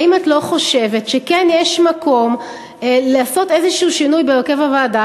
האם את לא חושבת שכן יש מקום לעשות איזה שינוי בהרכב הוועדה,